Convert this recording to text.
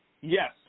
Yes